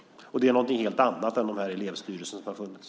Och detta är någonting helt annat än de elevstyrelser som har funnits.